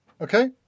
Okay